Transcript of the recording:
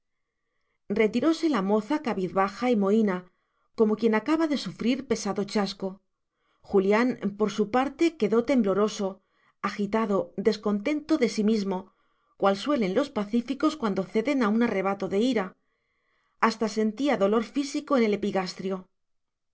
inmediatamente retiróse la moza cabizbaja y mohína como quien acaba de sufrir pesado chasco julián por su parte quedó tembloroso agitado descontento de sí mismo cual suelen los pacíficos cuando ceden a un arrebato de ira hasta sentía dolor físico en el epigastrio